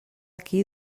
aquí